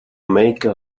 make